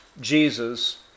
Jesus